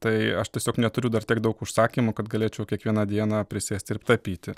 tai aš tiesiog neturiu dar tiek daug užsakymų kad galėčiau kiekvieną dieną prisėsti ir tapyti